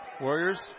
Warriors